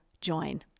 join